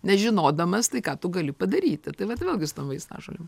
nežinodamas tai ką tu gali padaryti tai vat vėlgi su tom vaistažolėm